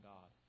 God